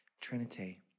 Trinity